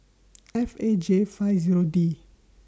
F A J five Zero D